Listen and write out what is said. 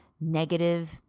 negative